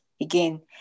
again